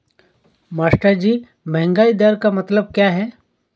मास्टरजी महंगाई दर का मतलब क्या है?